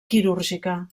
quirúrgica